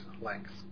length